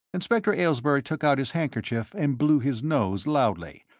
inspector aylesbury took out his handkerchief and blew his nose loudly,